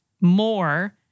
more